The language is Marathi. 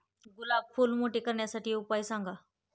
गुलाब फूल मोठे करण्यासाठी उपाय सांगा?